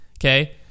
okay